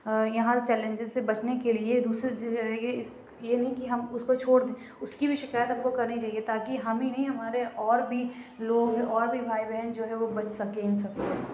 یہاں چیلنجیز سے بچنے کے لیے دوسری چیزیں رہ گئی اِس یہ نہیں کہ ہم اُس کو چھوڑ دیں اُس کی بھی شکایت ہم کو کرنی چاہیے تا کہ ہم ہی نہیں ہمارے اور بھی لوگ اور بھی بھائی بہن جو ہے وہ بچ سکیں اِن سب سے